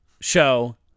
show